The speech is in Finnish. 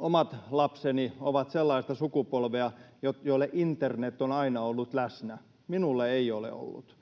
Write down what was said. omat lapseni ovat sellaista sukupolvea, jolle internet on aina ollut läsnä. Minulle ei ole ollut.